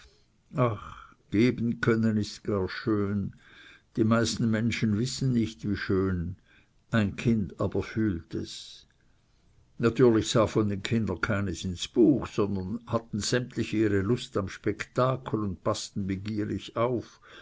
ach geben können ist gar schön die meisten menschen wissen nicht wie schön ein kind aber fühlt es natürlich sah von den kindern keines ins buch sondern hatten sämtlich ihre lust am spektakel und paßten begierig auf